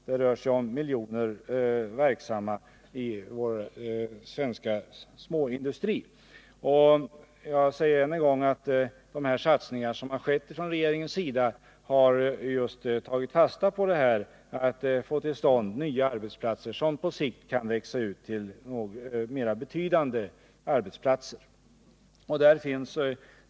Det rör sig om miljoner verksamma i vår svenska småindustri. Jag säger än en gång att regeringens satsningar just har tagit fasta på att få till stånd nya arbetsplatser som på sikt kan växa ut till mera betydande arbetsplatser.